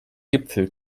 gipfel